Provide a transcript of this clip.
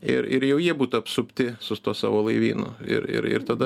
ir ir jau jie būtų apsupti su tuo savo laivynu ir ir ir tada